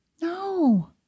No